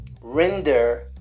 render